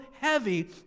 heavy